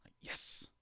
Yes